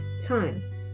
time